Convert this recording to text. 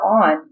on